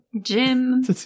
Jim